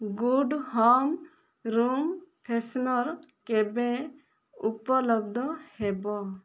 good home room freshener କେବେ ଉପଲବ୍ଧ ହେବ